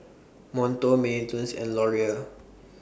Monto Mini Toons and Laurier